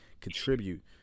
contribute